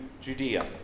Judea